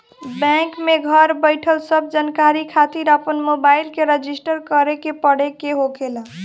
bank में घर बईठल सब जानकारी खातिर अपन मोबाईल के रजिस्टर करे के पड़े के होखेला